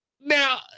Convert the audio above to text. now